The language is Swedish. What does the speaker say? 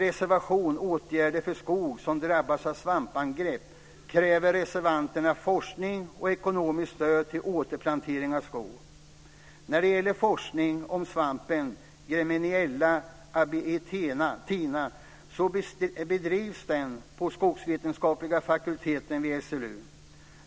I reservationen Åtgärder för skog som drabbas av svampangrepp kräver reservanterna forskning och ekonomiskt stöd till återplantering av skog. Forskning om svampen Gremmeniella abietina bedrivs på skogsvetenskapliga fakulteten vid SLU.